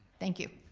thank you.